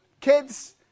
kids